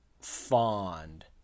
fond